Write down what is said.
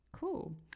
cool